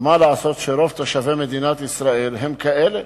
ומה לעשות שרוב תושבי מדינת ישראל הם כאלה